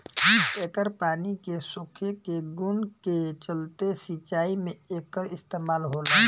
एकर पानी के सोखे के गुण के चलते सिंचाई में एकर इस्तमाल होला